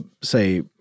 say